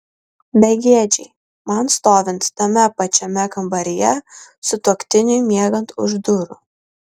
begėdžiai man stovint tame pačiame kambaryje sutuoktiniui miegant už durų